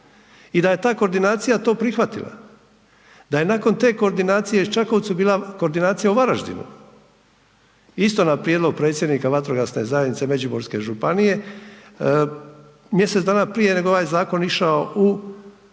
i da je ta koordinacija to prihvatila, da je nakon te koordinacije u Čakovcu bila koordinacija u Varaždinu isto na prijedlog predsjednika vatrogasne zajednice Međimurske županije mjesec dana prije nego je ovaj zakon išao u proceduru